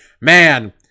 man